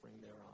thereon